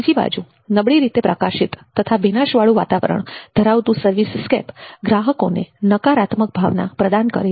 બીજીબાજુ નબળી રીતે પ્રકાશિત તથા ભીનાશવાળુ વાતાવરણ ધરાવતું સર્વિસસ્કેપ ગ્રાહકોને નકારાત્મક ભાવના પ્રદાન કરે છે